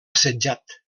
assetjat